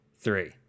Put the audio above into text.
three